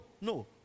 no